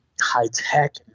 high-tech